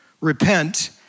Repent